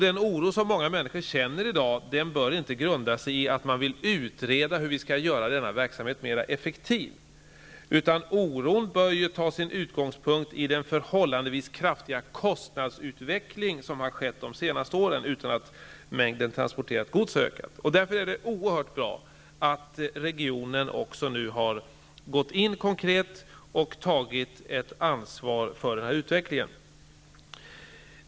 Den oro många människor i dag känner bör inte grunda sig på att det finns en önskan att utreda hur denna verksamhet skall göras mer effektiv, utan oron bör ta sin utgångspunkt i den förhållandevis kraftiga kostnadsutveckling som har skett under de senaste åren utan att mängden transporterat gods har ökat. Det är därför oerhört bra att regionen nu också har gått in och tagit ett konkret ansvar för utvecklingen.